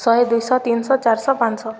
ଶହେ ଦୁଇ ଶହ ତିନି ଶହ ଚାରି ଶହ ପାଞ୍ଚ ଶହ